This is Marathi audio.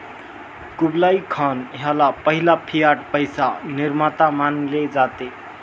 कुबलाई खान ह्याला पहिला फियाट पैसा निर्माता मानले जाते